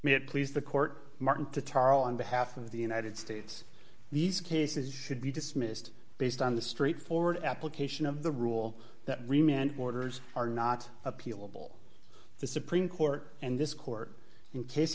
it please the court martin to tar on behalf of the united states these cases should be dismissed based on the straightforward application of the rule that remain and orders are not appealable the supreme court and this court in case